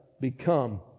become